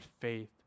faith